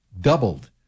doubled